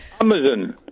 Amazon